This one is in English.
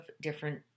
different